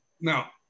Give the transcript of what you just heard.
Now